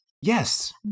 Yes